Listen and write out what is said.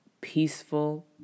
peaceful